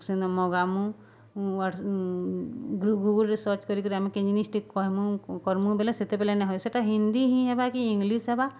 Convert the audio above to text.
ମଗାମୁଁ ଗୁଗୁଲ୍ରେ ସର୍ଚ୍ଚ କରି କିରି ଆମେ କେହି ଜିନିଷ୍ଟି କହମୁ କରମୁ ବେଲେ ସେତେବେଲେ ନାହିଁ ହଉ ସେଟା ହିନ୍ଦୀ ହିଁ ହେବା କି ଇଂଲିଶ ହେବା